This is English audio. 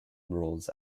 rolls